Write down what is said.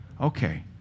Okay